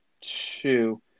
two